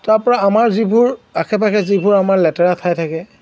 তাৰপৰা আমাৰ যিবোৰ আশে পাশে যিবোৰ আমাৰ লেতেৰা ঠাই থাকে